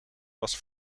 was